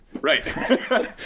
Right